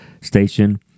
Station